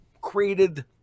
created